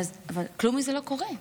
אבל כלום מזה לא קורה.